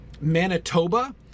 Manitoba